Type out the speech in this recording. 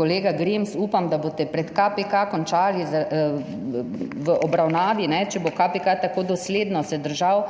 kolega Grims? Upam, da boste pred KPK končali v obravnavi, če bo KPK tako dosledno se držal